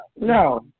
No